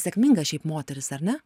sėkminga šiaip moteris ar ne